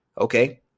okay